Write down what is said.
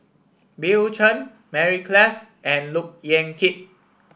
Bill Chen Mary Klass and Look Yan Kit